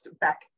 back